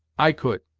i could.